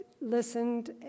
listened